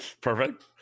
Perfect